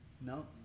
No